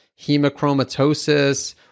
hemochromatosis